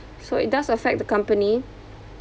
so it does affect the company